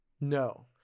No